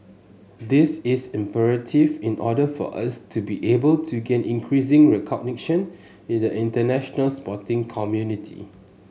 this is imperative in order for us to be able to gain increasing recognition in the international sporting community